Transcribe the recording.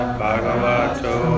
Bhagavato